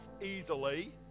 easily